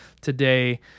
today